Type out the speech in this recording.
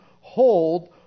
hold